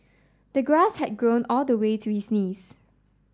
the grass had grown all the way to his knees